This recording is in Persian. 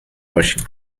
باشیم